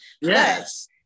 Yes